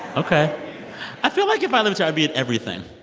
ok i feel like if i lived here, i'd be at everything.